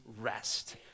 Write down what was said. rest